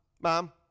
mom